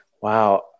Wow